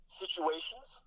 situations